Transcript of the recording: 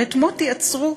ואת מוטי עצרו,